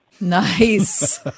Nice